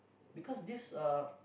because this uh